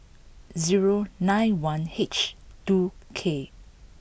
zero nine one H two K